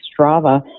Strava